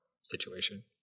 situation